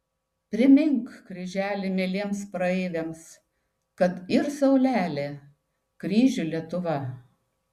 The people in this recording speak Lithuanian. primink kryželi mieliems praeiviams kad yr saulelė kryžių lietuva